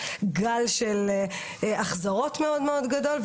ואז יש גל החזרות מאוד גדול.